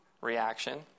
reaction